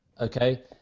okay